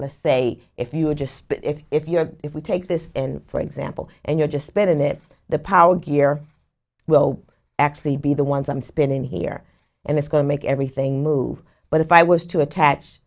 let's say if you just if if your if we take this in for example and you're just spinning it the powered gear will actually be the ones i'm spinning here and it's going to make everything move but if i was to attach